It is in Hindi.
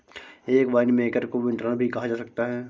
एक वाइनमेकर को विंटनर भी कहा जा सकता है